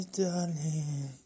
darling